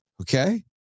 Okay